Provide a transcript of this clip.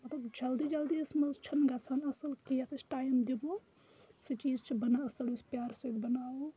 مطلب جلدی جلدی یَس منٛز چھُنہٕ گژھان اَصٕل کیٚنٛہہ یَتھ أسۍ ٹایِم دِمو سُہ چیٖز چھِ بَنان اَصٕل یُس پیٛارٕ سۭتۍ بَناوو